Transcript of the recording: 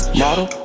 model